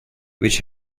which